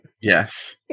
Yes